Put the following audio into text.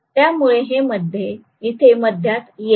त्यामुळे हे इथे मध्यात येईल